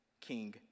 King